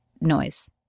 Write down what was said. noise